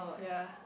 ya